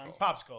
Popsicle